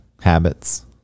habits